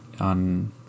on